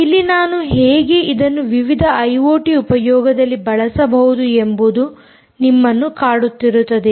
ಇಲ್ಲಿ ನಾನು ಹೇಗೆ ಇದನ್ನು ವಿವಿಧ ಐಓಟಿ ಉಪಯೋಗದಲ್ಲಿ ಬಳಸಬಹುದು ಎಂಬುದು ನಿಮ್ಮನ್ನು ಕಾಡುತ್ತಿರುತ್ತದೆ